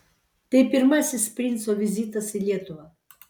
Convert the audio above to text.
tai pirmasis princo vizitas į lietuvą